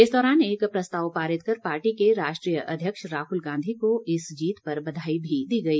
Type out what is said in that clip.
इस दौरान एक प्रस्ताव पारित कर पार्टी के राष्ट्रीय अध्यक्ष राहल गांधी को इस जीत पर बधाई भी दी गई